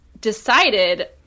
decided